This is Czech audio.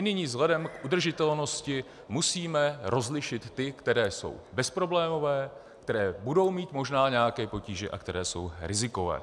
Nyní vzhledem k udržitelnosti musíme rozlišit ty, které jsou bezproblémové, které budou mít možná nějaké potíže a které jsou rizikové.